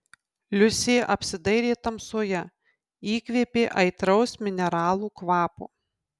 liusė apsidairė tamsoje įkvėpė aitraus mineralų kvapo